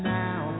now